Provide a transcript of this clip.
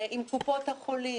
עם קופות החולים,